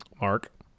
Mark